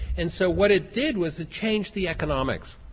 and so what it did was it changed the economics.